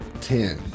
Ten